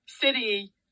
City